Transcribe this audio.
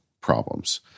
problems